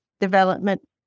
development